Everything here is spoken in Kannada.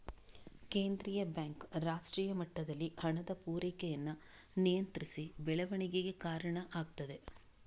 ಕೇಂದ್ರೀಯ ಬ್ಯಾಂಕ್ ರಾಷ್ಟ್ರೀಯ ಮಟ್ಟದಲ್ಲಿ ಹಣದ ಪೂರೈಕೆಯನ್ನ ನಿಯಂತ್ರಿಸಿ ಬೆಳವಣಿಗೆಗೆ ಕಾರಣ ಆಗ್ತದೆ